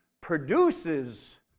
produces